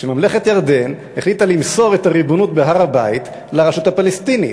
שממלכת ירדן החליטה למסור את הריבונות בהר-הבית לרשות הפלסטינית.